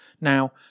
Now